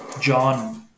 John